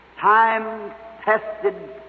Time-tested